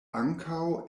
ankaŭ